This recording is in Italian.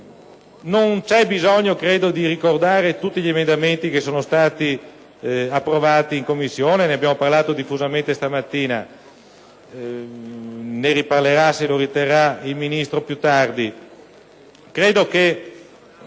non ci sia bisogno di ricordare tutti gli emendamenti che sono stati approvati in Commissione, in quanto ne abbiamo parlato diffusamente questa mattina e ne riparlerà, se lo riterrà, il Ministro più tardi.